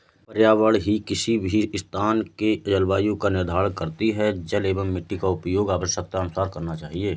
पर्यावरण ही किसी भी स्थान के जलवायु का निर्धारण करती हैं जल एंव मिट्टी का उपयोग आवश्यकतानुसार करना चाहिए